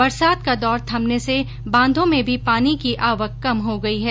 बरसात का दौर थमने से बांधों में भी पानी की आवक कम हो गई है